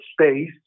space